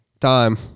time